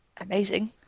amazing